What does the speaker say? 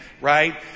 right